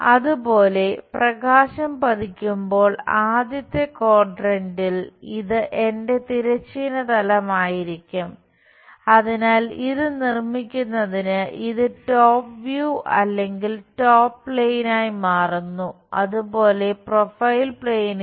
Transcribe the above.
അതുപോലെ പ്രകാശം പതിക്കുമ്പോൾ ആദ്യത്തെ ക്വാഡ്രന്റിൽ